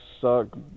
suck